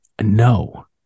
no